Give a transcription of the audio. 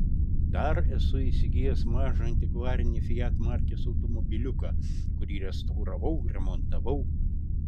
dar esu įsigijęs mažą antikvarinį fiat markės automobiliuką kurį restauravau remontavau